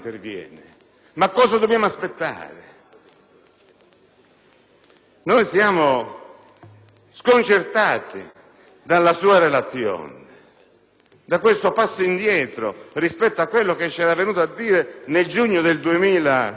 Siamo sconcertati dalla sua relazione, da questo passo indietro rispetto a quello che ci era venuto a dire nel giugno 2008.